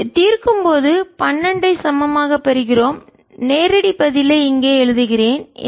10×3I13RI20 3×10I13I220 V தீர்க்கும் போது I2 ஐ சமமாக பெறுகிறோம் நேரடி பதிலை இங்கே எழுதுகிறேன்